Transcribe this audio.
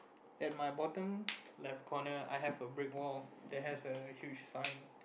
at my bottom left corner I have a brick wall that has a huge sign